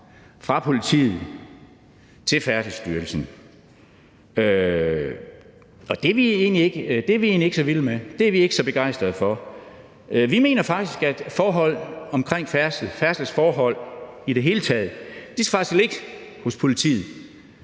fra politiet til Færdselsstyrelsen. Og det er vi egentlig ikke så vilde med, det er vi ikke så begejstret for. Vi mener faktisk, at forhold omkring færdsel, færdselsforhold i det hele taget, skal ligge hos politiet,